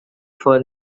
for